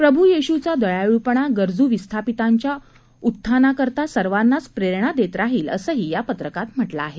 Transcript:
प्रभू येशूचा दयाळूपणा गरजू विस्थापितांच्या उत्थाना करता सर्वांनाच प्रेरणा देत राहील असही या पत्रकात म्हटलं आहे